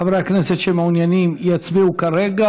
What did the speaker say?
התשע"ח 2018, מאת חברי הכנסת איתן כבל,